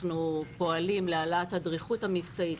אנחנו פועלים להעלאת הדריכות המבצעית,